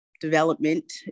development